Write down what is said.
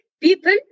people